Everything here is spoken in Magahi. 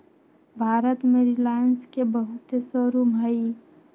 भारत में रिलाएंस के बहुते शोरूम हई